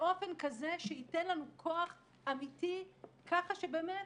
באופן כזה שייתן לנו כוח אמיתי ככה שבאמת